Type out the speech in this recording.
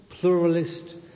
pluralist